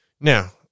Now